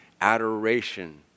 adoration